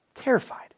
Terrified